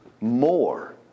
more